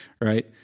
right